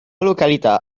località